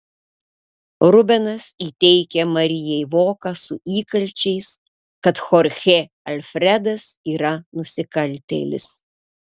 rubenas įteikia marijai voką su įkalčiais kad chorchė alfredas yra nusikaltėlis